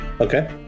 Okay